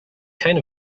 kind